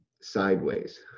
sideways